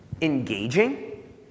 engaging